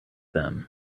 them